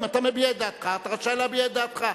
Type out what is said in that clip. אם אתה מביע את דעתך, אתה רשאי להביע את דעתך.